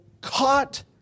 caught